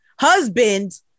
husband